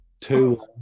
two